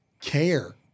care